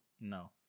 No